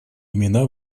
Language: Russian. имена